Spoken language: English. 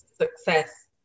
success